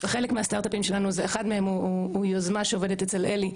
וחלק מהסטארט-אפים שלנו אחד מהם הוא יוזמה שעובדת אצל אלי,